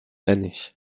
l’année